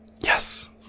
Yes